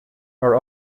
are